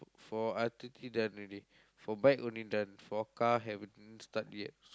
for done already for bike only done for car haven't start yet